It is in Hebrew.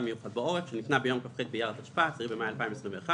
מיוחד בעורף שניתנה ביום כ"ח באייר התשפ"א (10 במאי 2021),